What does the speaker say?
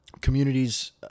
communities